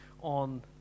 on